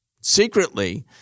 secretly